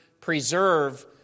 preserve